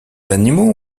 animaux